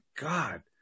God